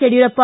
Yediyurappa